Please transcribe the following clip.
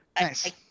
Nice